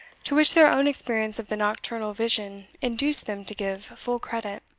to which their own experience of the nocturnal vision induced them to give full credit.